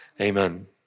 Amen